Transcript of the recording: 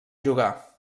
jugar